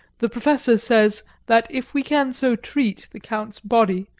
the professor says that if we can so treat the count's body,